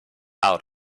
out